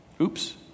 Oops